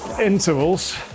intervals